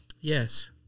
Yes